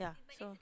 yeah so